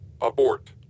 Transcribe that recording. Abort